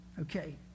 okay